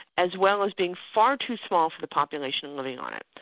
as well as being far too small for the population living on it.